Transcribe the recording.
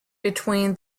between